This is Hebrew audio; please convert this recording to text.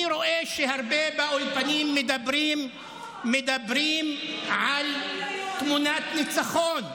אני רואה שהרבה באולפנים מדברים על תמונת ניצחון,